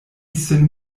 sin